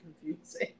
confusing